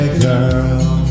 girl